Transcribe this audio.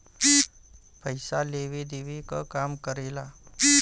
पइसा लेवे देवे क काम करेला